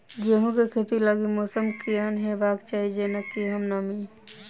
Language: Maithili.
गेंहूँ खेती लागि मौसम केहन हेबाक चाहि जेना केहन नमी?